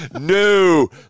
no